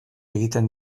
egiten